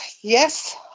Yes